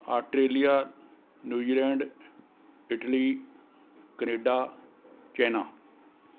Australia New Zealand Italy Canada China